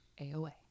AOA